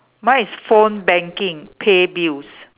mine is phone banking pay bills